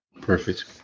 perfect